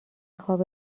خواب